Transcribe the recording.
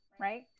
Right